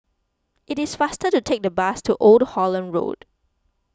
it is faster to take the bus to Old Holland Road